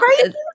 crazy